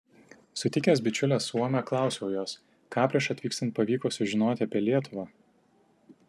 sutikęs bičiulę suomę klausiau jos ką prieš atvykstant pavyko sužinoti apie lietuvą